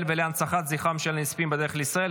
ולהנצחת זכרם של הנספים בדרך לישראל,